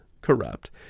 corrupt